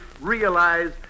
realize